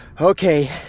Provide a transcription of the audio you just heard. Okay